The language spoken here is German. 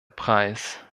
preis